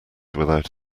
without